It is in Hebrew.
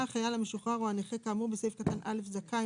היה החייל המשוחרר או הנכה כאמור בסעיף קטן (א) זכאי,